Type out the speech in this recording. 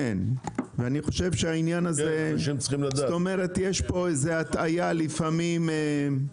כלומר יש פה הטעיה לפעמים.